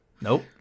Nope